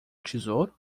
tesouro